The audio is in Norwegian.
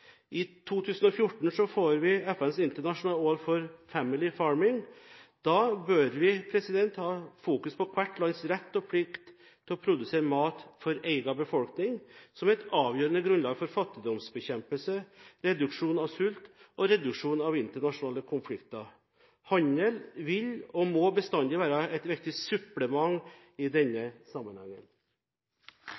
I 2014 får vi FNs internasjonale år for «Family Farming». Da bør vi ha fokus på hvert lands rett og plikt til å produsere mat for egen befolkning som et avgjørende grunnlag for fattigdomsbekjempelse, reduksjon av sult og reduksjon av internasjonale konflikter. Handel vil og må bestandig være et viktig supplement i denne